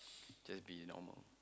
just be normal